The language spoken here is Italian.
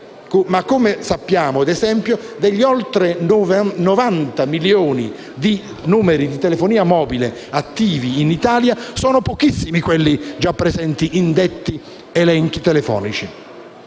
Come sappiamo, però, degli oltre 90 milioni di numeri di telefonia mobile attivi in Italia, sono pochissimi quelli già presenti in detti elenchi telefonici.